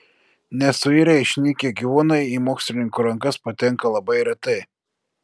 nesuirę išnykę gyvūnai į mokslininkų rankas patenka labai retai